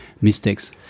mistakes